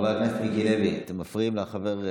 חבר הכנסת מיקי לוי, אתם מפריעים לחבר.